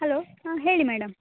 hello ಹಾಂ ಹೇಳಿ madam